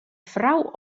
frou